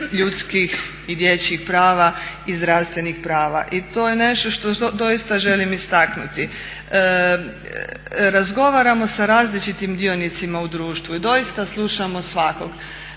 ljudskih i dječjih prava i zdravstvenih prava i to je nešto što doista želim istaknuti. Razgovaramo sa različitim dionicima u društvu i doista slušamo svakog,